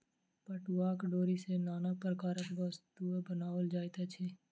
पटुआक डोरी सॅ नाना प्रकारक वस्तु बनाओल जाइत अछि